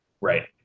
Right